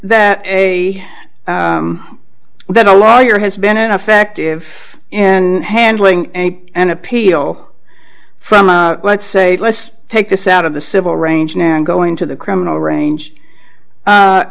that a that a lawyer has been an affective and handling an appeal from let's say let's take this out of the civil range now and go into the criminal range